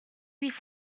huit